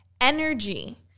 energy